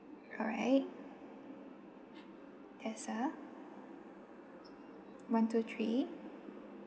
all right tessa one two three